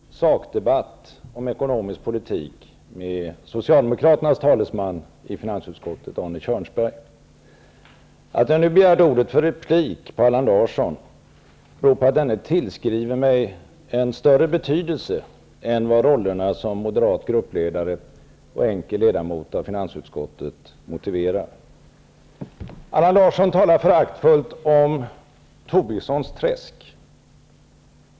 Herr talman! Jag har redan fört sakdebatt om ekonomisk politik med Arne Kjörnsberg, socialdemokraternas talesman i finansutskottet. Att jag nu har begärt ordet för replik på Allan Larsson beror på att denne tillskriver mig en större betydelse än vad rollerna som moderat gruppledare och enkel ledamot av finansutskottet motiverar. Allan Larsson talar föraktfullt om ''Tobissons träsk''.